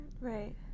right